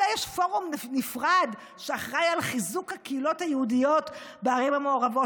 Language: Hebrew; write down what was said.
אולי יש פורום נפרד שאחראי לחיזוק הקהילות היהודיות בערים המעורבות.